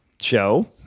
show